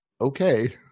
Okay